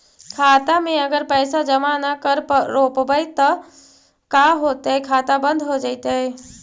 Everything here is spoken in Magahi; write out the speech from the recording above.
खाता मे अगर पैसा जमा न कर रोपबै त का होतै खाता बन्द हो जैतै?